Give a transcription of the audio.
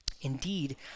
Indeed